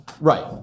Right